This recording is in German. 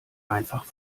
einfach